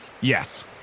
Yes